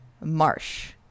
Marsh